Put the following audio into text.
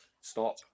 stop